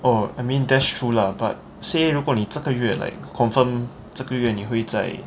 oh I mean that's true lah but say 如果你这个月 like confirm 这个月你会在